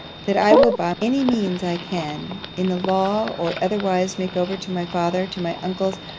that i will by any means i can, in the law or otherwise, make over to my father, to my uncles,